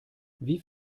wie